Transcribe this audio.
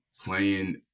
playing